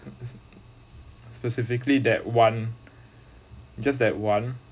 specifically that one just that one